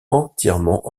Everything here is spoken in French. entièrement